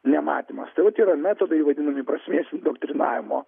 nematymas tai vat yra metodai vadinami prasmės indoktrinavimo